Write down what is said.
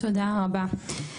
תודה רבה.